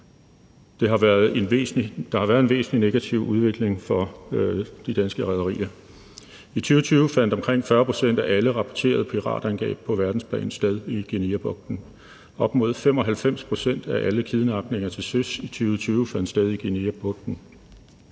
Der var været en væsentlig negativ udvikling for de danske rederier. I 2020 fandt omkring 40 pct. af alle rapporterede piratangreb på verdensplan sted i Guineabugten. Op mod 95 pct. af alle kidnapninger til søs i 2020 fandt sted i Guineabugten.